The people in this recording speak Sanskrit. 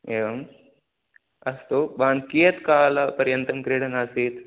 एवम् अस्तु भवान् कियत् कालपर्यन्तं क्रीडन्नासीत्